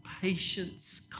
patience